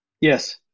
Yes